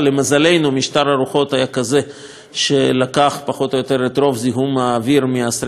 משטר הרוחות היה כזה שפחות או יותר רוב המזהמים מהשרפה הגיעו לים,